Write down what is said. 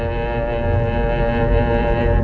and